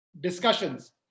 discussions